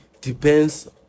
depends